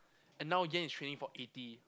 and now yen is trading for eighty